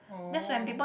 oh